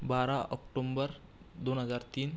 बारा ऑक्टोंबर दोन हजार तीन